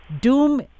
doom